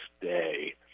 day